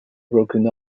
broken